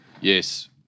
yes